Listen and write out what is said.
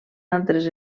altres